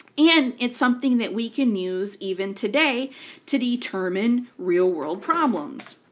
and it's something that we can use even today to determine real-world problems.